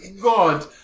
God